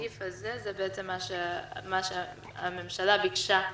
הסעיף הזה הוא בעצם מה שהממשלה ביקשה לחוקק.